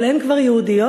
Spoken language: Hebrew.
אבל אין כבר יהודיות?